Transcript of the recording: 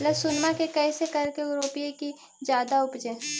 लहसूनमा के कैसे करके रोपीय की जादा उपजई?